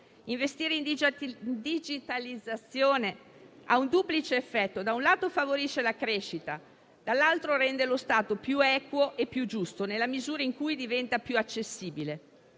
Investire in digitalizzazione ha un duplice effetto: da un lato, favorisce la crescita e, dall'altro, rende lo Stato più equo e più giusto, nella misura in cui diventa più accessibile.